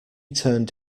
turned